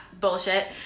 bullshit